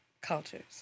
cultures